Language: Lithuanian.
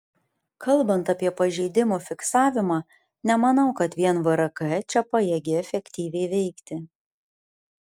kalbant apie pažeidimų fiksavimą nemanau kad vien vrk čia pajėgi efektyviai veikti